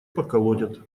поколотят